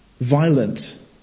violent